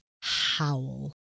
howl